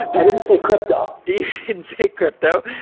i didn't say crypto. you didn't say crypto.